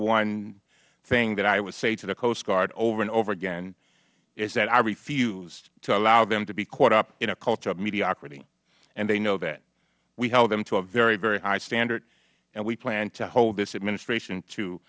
one thing that i would say to the coast guard over and over again is that i refused to allow them to be caught up in a culture of mediocrity and they know that we held them to a very very high standard and we plan to hold this administration to